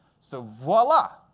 so voila,